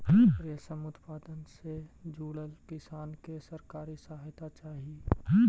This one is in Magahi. रेशम उत्पादन से जुड़ल किसान के सरकारी सहायता चाहि